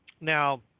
Now